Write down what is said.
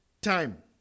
time